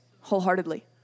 wholeheartedly